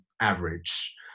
average